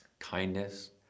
Kindness